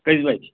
کٔژِ بَجہِ